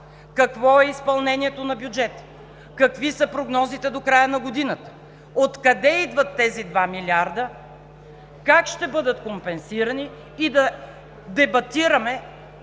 какво е изпълнението на бюджета, какви са прогнозите до края на годината, откъде идват тези 2 милиарда, как ще бъдат компенсирани, и да дебатираме